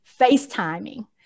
FaceTiming